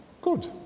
Good